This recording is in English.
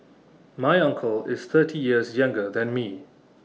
my uncle is thirty years younger than me